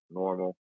normal